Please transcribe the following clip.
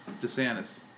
DeSantis